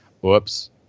whoops